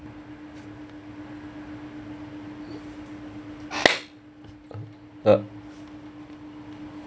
uh